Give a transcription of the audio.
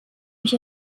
mich